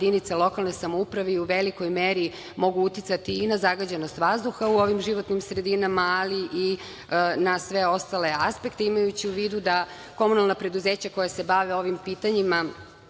lokalne samouprave i u velikoj meri mogu uticati i na zagađenost vazduha u ovim životnim sredinama, ali i na sve ostale aspekte, imajući u vidu da komunalna preduzeća koja se bave ovim pitanjima